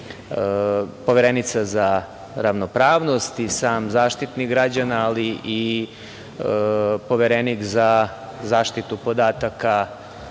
Poverenica za ravnopravnost i sam Zaštitnik građana, ali i Poverenik za zaštitu podataka